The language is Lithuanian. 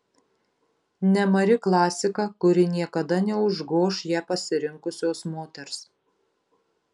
nemari klasika kuri niekada neužgoš ją pasirinkusios moters